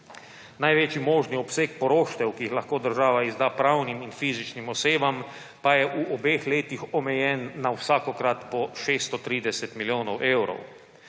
Največji možni obseg poroštev, ki jih lahko država izda pravnim in fizičnim osebam, pa je v obeh letih omejen na vsakokrat po 630 milijonov evrov.